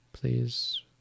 Please